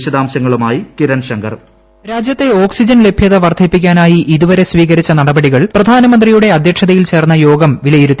വിശദാംശങ്ങളുമായി കിരൺ ശങ്കർ വോയിസ് രാജ്യത്തെ ഓക്സിജൻ ലഭ്യത വർദ്ധിപ്പിക്കാനായി ഇതുവരെ സ്വീകരിച്ച നടപടികൾ പ്രധാനമന്ത്രിയുടെ അധ്യക്ഷതയിൽ ചേർന്ന യോഗം വിലയിരുത്തി